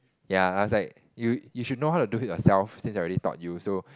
ya I was like you you should know how to do it yourself since I already taught you so